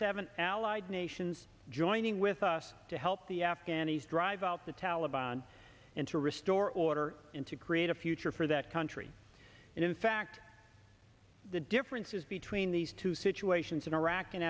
seven allied nations joining with us to help the afghanis drive out the taleban and to restore order in to create a future for that country and in fact the differences between these two situations in iraq and